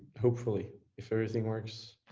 hopefully, if everything works.